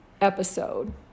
episode